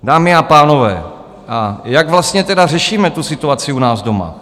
Dámy a pánové, a jak vlastně teda řešíme tu situaci u nás doma?